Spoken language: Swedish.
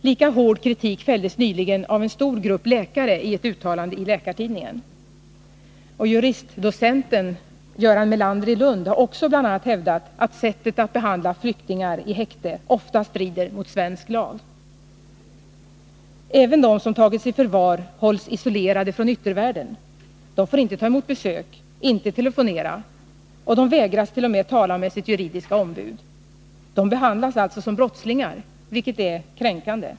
Lika hård kritik fälldes nyligen av en stor grupp läkare i ett uttalande i Läkartidningen. Juristdocenten Göran Melander i Lund har också bl.a. hävdat att sättet att behandla flyktingar i häkte ofta strider mot svensk lag. Även de som har tagits i förvar hålls isolerade från yttervärlden. De får inte ta emot besök, inte telefonera, och de vägras t.o.m. tala med sitt juridiska ombud. De behandlas alltså som brottslingar, vilket är kränkande.